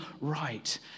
right